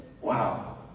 wow